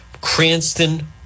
Cranston